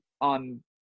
on